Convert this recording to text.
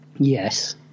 Yes